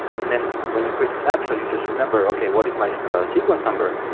and then when you create a snapshot, you just remember, okay, what is my sequence number?